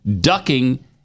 ducking